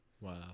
Wow